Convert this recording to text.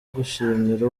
gushimira